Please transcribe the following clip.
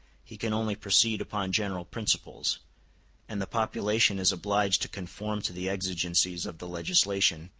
he can only proceed upon general principles and the population is obliged to conform to the exigencies of the legislation,